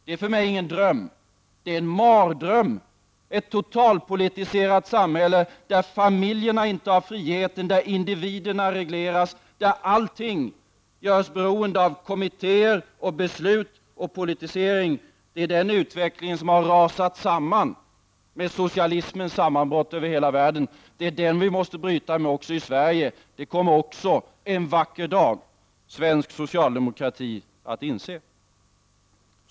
Det är för mig ingen dröm, det är en mardröm — ett totalpolitiserat samhälle där familjerna inte har friheten, där individerna regleras, där allting görs beroende av kommittéer, beslut och politisering. Det är den utvecklingen som har rasat samman med socialismens sammanbrott över hela världen. Det är den vi måste bryta med även i Sverige — det kommer också en vacker dag svensk socialdemokrati att inse.